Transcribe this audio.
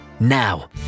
now